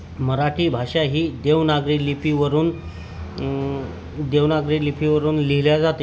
मराठी भाषा ही देवनागरी लिपीवरून देवनागरी लिपीवरून लिहिली जाते